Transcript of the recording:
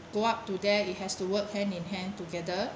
go up to there it has to work hand in hand together